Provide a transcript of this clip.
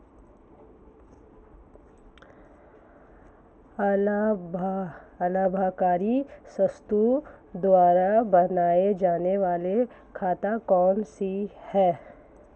अलाभकारी संस्थाओं द्वारा बनाए जाने वाले खाते कौन कौनसे हैं?